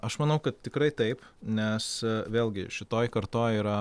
aš manau kad tikrai taip nes vėlgi šitoj kartoj yra